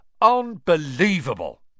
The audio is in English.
Unbelievable